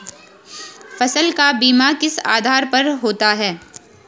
फसल का बीमा किस आधार पर होता है?